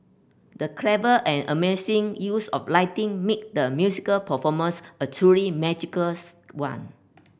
the clever and amazing use of lighting made the musical performance a truly magical one